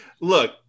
look